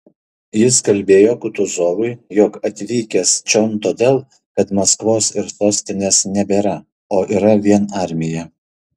jis kalbėjo kutuzovui jog atvykęs čion todėl kad maskvos ir sostinės nebėra o yra vien armija